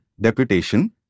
deputation